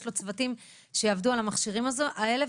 לו צוותים שיעבדו על המכשירים האלה,